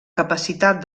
capacitat